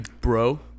bro